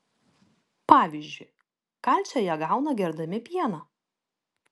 pavyzdžiui kalcio jie gauna gerdami pieną